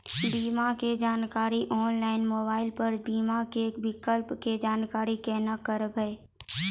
बीमा के जानकारी ऑनलाइन मोबाइल पर बीमा के विकल्प के जानकारी केना करभै?